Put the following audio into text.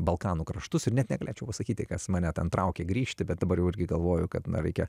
balkanų kraštus ir net negalėčiau pasakyti kas mane ten traukia grįžti bet dabar jau irgi galvoju kad na reikia